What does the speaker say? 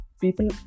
people